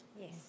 Yes